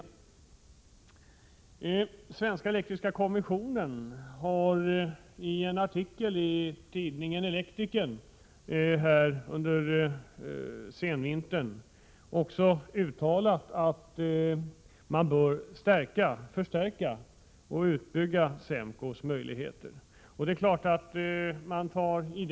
Svenska elektriska kommissionen har i en artikel i tidningen Elektrikern under senvintern uttalat att SEMKO:s möjligheter bör förstärkas och byggas ut.